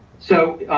so,